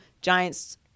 Giants